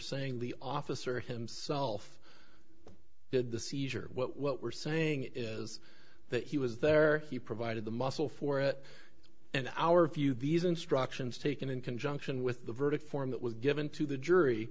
saying the officer himself did the seizure what we're saying is that he was there he provided the muscle for it and our view these instructions taken in conjunction with the verdict form that was given to the jury